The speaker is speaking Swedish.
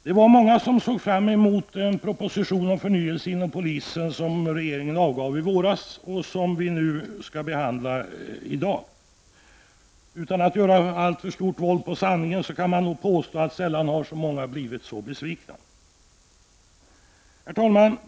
Herr talman! Det var många som såg fram emot den proposition om förnyelse inom polisen som regeringen avgav i våras och som vi nu skall behandla. Utan att göra alltför stort våld på sanningen kan man nog påstå att sällan har så många blivit så besvikna. Herr talman!